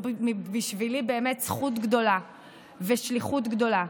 בשבילי זאת באמת זכות גדולה ושליחות גדולה.